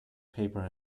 paper